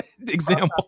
example